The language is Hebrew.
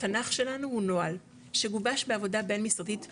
ה'תנ"ך' שלנו הוא נוהל שגובש בעבודה בין-משרדית,